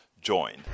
join